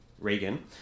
Reagan